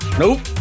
nope